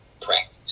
practice